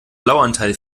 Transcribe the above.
blauanteil